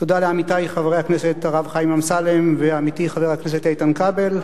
תודה לעמיתי חבר הכנסת הרב חיים אמסלם ועמיתי חבר הכנסת איתן כבל.